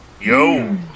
Yo